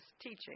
teaching